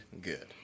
good